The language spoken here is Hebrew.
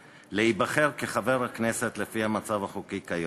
להיבחר לחבר הכנסת לפי המצב החוקי כיום,